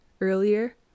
earlier